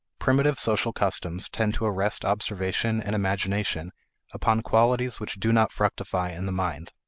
primitive social customs tend to arrest observation and imagination upon qualities which do not fructify in the mind.